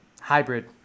hybrid